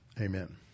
Amen